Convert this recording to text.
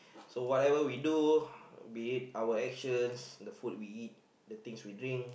so whatever we do be it our actions the food we eat the things we drink